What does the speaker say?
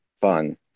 fun